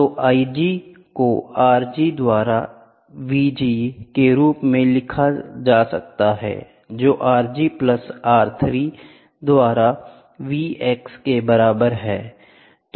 तो Ig को Rg द्वारा Vg के रूप में लिखा जा सकता है जो Rg प्लस R 3 द्वारा Vex के बराबर है